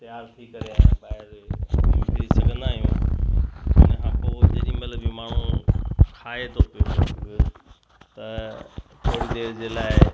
तयार थी करे आहियां ॿाहिरि निकिरी सघंदा आहियूं उन खां पोइ जेॾीमहिल बि माण्हू खाए थो पियो कुझु वेही त थोरी देरि जे लाइ